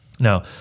now